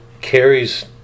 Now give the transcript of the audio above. carries